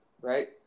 right